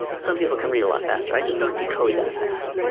some people can read a lot faster. i just don't decode that fast.